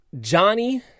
Johnny